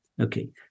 Okay